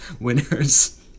winners